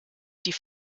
die